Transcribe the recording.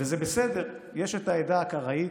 וזה בסדר, יש העדה הקראית,